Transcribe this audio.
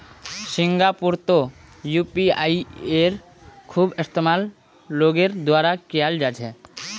सिंगापुरतो यूपीआईयेर खूब इस्तेमाल लोगेर द्वारा कियाल जा छे